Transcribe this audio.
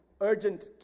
urgent